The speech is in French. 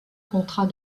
contrat